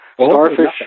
Starfish